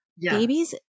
babies